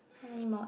how many mod